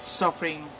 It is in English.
suffering